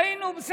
ראינו.